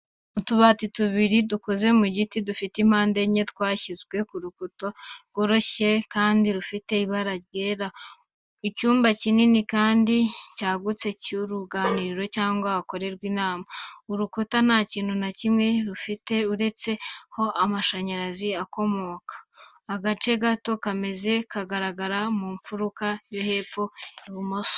Utubati tubiri dukoze mu giti dufite impande enye, twashyizwe ku rukuta rworoshye kandi rufite ibara ryera. Icyumba kinini kandi cyagutse cy'uruganiriro cyangwa ahakorerwa inama. Urukuta nta kintu na kimwe rufite uretse aho amashanyarazi akomoka. Agace gato k'ameza kagaragara mu mfuruka yo hepfo ibumoso.